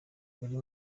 buri